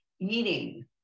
eating